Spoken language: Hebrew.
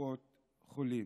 קופות חולים.